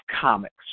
comics